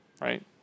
right